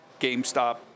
GameStop